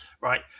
Right